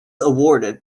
awarded